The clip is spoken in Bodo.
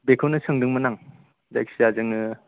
बेखौनो सोंदोंमोन आं जायखिजाया जोङो